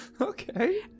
Okay